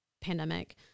pandemic